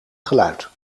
geluid